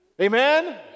Amen